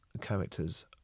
characters